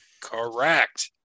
Correct